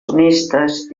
honestes